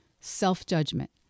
self-judgment